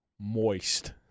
Moist